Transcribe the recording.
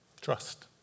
trust